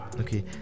okay